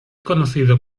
conocido